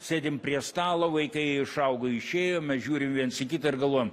sėdim prie stalo vaikai jie išaugo išėjo mes žiūrim viens į kitą ir galvojam